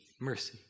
mercy